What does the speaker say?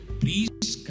please